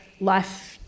life